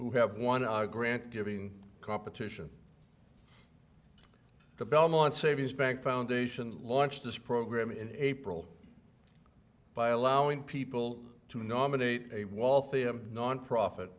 who have won our grant giving competition the belmont savings bank foundation launched this program in april by allowing people to nominate a wall for the nonprofit